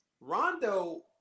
Rondo